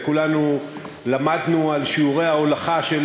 וכולנו למדנו על שיעורי ההולכה של